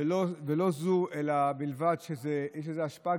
ולא זו בלבד אלא יש לזה השפעה.